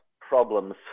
problems